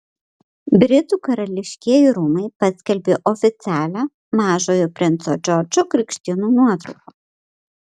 britų karališkieji rūmai paskelbė oficialią mažojo princo džordžo krikštynų nuotrauką